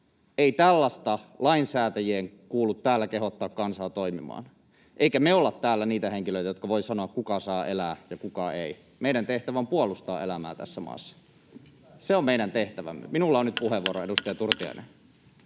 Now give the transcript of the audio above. ei näin lainsäätäjien kuulu täällä kehottaa kansaa toimimaan, eikä me olla täällä niitä henkilöitä, jotka voivat sanoa, kuka saa elää ja kuka ei. Meidän tehtävämme on puolustaa elämää tässä maassa. Se on meidän tehtävämme. [Ano Turtiaisen